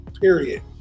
period